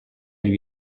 lui